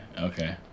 okay